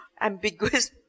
ambiguous